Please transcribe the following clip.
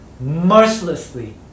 mercilessly